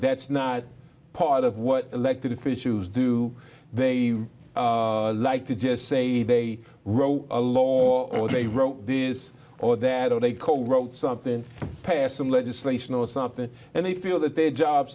that's not part of what elected officials do they like to just say they wrote a law they wrote this or that or they co wrote something passed some legislation or something and they feel that their job